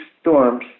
storms